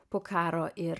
po karo ir